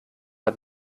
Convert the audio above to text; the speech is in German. hat